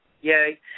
Yay